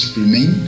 remain